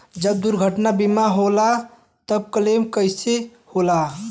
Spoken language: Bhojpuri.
जब दुर्घटना बीमा होला त क्लेम कईसे होला?